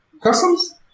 customs